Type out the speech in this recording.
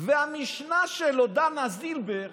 והמשנה שלו דינה זילבר,